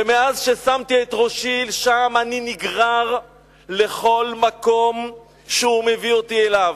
ומאז ששמתי את ראשי שם אני נגרר לכל מקום שהוא מביא אותי אליו.